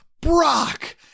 Brock